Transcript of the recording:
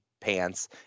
pants